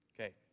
Okay